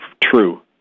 true